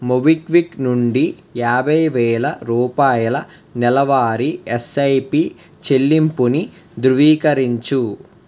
MobiKwik నుండి యాభై వేల రూపాయల నెలవారీ ఎస్ఐపి చెల్లింపుని ధృవీకరించు